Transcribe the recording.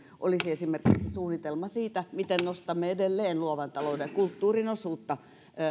olisi esimerkiksi suunnitelma siitä miten nostamme edelleen luovan talouden ja kulttuurin osuutta